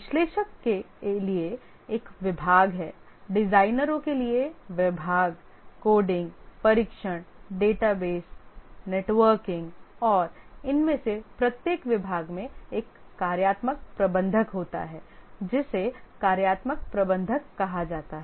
विश्लेषक के लिए एक विभाग है डिजाइनरों के लिए विभाग कोडिंग परीक्षण डेटाबेस नेटवर्किंग और इनमें से प्रत्येक विभाग में एक कार्यात्मक प्रबंधक होता है जिसे कार्यात्मक प्रबंधक कहा जाता है